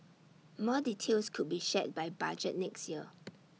more details could be shared by budget next year